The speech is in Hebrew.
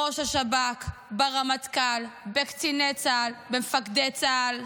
בראש השב"כ, ברמטכ"ל, בקציני צה"ל, במפקדי צה"ל.